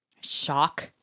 shock